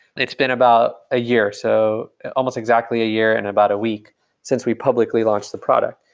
it's been about a year. so almost exactly a year and about a week since we publicly launched the product.